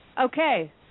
Okay